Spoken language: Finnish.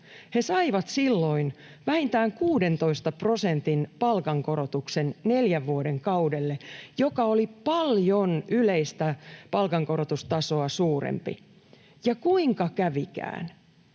He saivat silloin vähintään 16 prosentin palkankorotuksen neljän vuoden kaudelle, mikä oli paljon yleistä palkankorotustasoa suurempi. Ja kuinka kävikään?